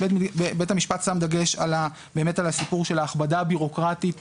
בית המשפט שם דגש על הסיפור של ההכבדה הבירוקרטית